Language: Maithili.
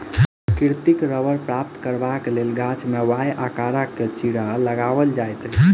प्राकृतिक रबड़ प्राप्त करबाक लेल गाछ मे वाए आकारक चिड़ा लगाओल जाइत अछि